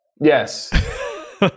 Yes